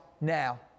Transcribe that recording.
now